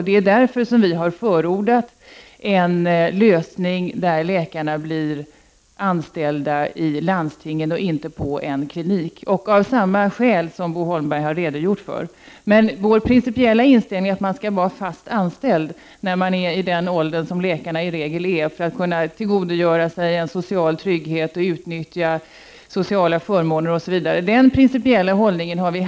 Det är därför vi har förordat lösningen att läkarna blir anställda i landstingen och inte på en klinik av de skäl som Bo Holmberg har redogjort för. Men vår principiella inställning — att man skall vara fast anställd när man är i den ålder som läkarna i regel har uppnått för att kunna tillgodogöra sig en social trygghet, utnyttja sociala förmåner, osv. — står vi alltså fast vid.